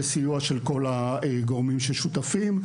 בסיוע של כל הגורמים ששותפים.